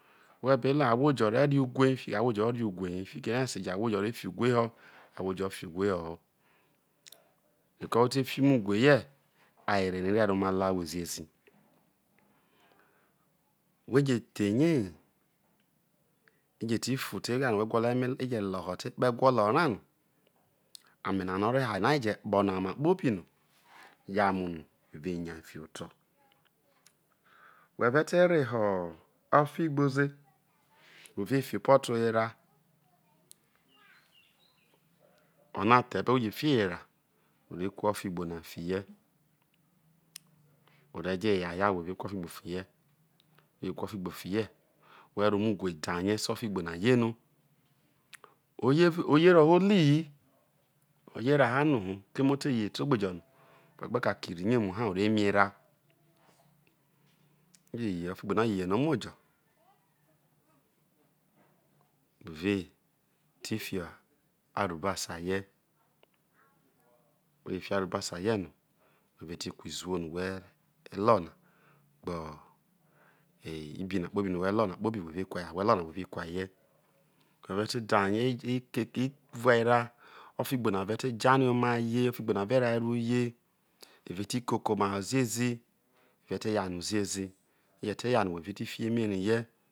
Whe be la ahwo jo re re uwhei ahow re uwha hi fikere ahwo jo re fiuwhei ho ahwo jo fi uwhe ho̠ ho̠ reko whe tefo umuwhe hie awere raire roma lawhe ziezi whe je thei noije fi fu te epuno whe gwolo jete lolo te egwoloru noi ame no o rehaina je kpo na ai om a tropobino yamuno whe ve woai fiho oto whe uete reho ofigbo ze whe ve fi opoto ho erae ono. aro the ebe whe je fie ho erae where ku ofigbo na fibie o re joyay where ku ofigbo fihie whe je ku ofigbo fihie whe ro umu wher dawo esio ofigbona ye no oyewho oh bi oyeraha noho keme oteye te ogbe jo no whe gbekake mu ha oremi erae oje ye otigbo na je ye omojo whe ve ti fi arubasa fihie wheje fi arubasa fihie no whe ue ti ku izuwono whe lona gbe ibi na kpobino whe lona kpobi whe lo na kpobi whe ve kuai hie whe ve te dawoei ofigbo na ve te daria omaye ofigbo re rehai roye ve ti koko oma ho ziezi eve te ya no ziezi je te ya no whe ve fi emeri fihie